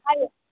चालेल